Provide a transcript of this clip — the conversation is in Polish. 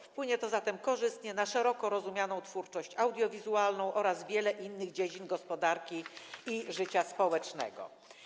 Wpłynie to zatem korzystnie na szeroko rozumianą twórczość audiowizualną oraz wiele innych dziedzin gospodarki i życia społecznego.